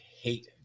hate